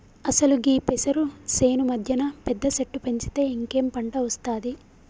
అసలు గీ పెసరు సేను మధ్యన పెద్ద సెట్టు పెంచితే ఇంకేం పంట ఒస్తాది